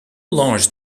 large